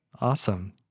Awesome